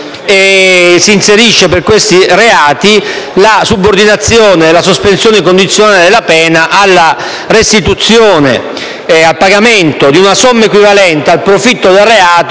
Si inserisce, per questi reati, la subordinazione della sospensione condizionale della pena alla restituzione e al pagamento di una somma equivalente al profitto del reato